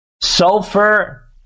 sulfur